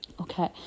Okay